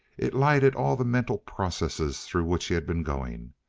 it lighted all the mental processes through which he had been going.